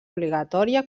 obligatòria